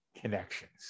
connections